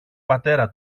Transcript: πατέρα